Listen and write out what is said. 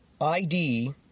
ID